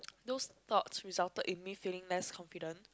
those thoughts resulted in me felling less confident